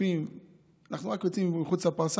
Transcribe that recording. אנחנו רק יוצאים מחוץ הפרסה,